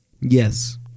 yes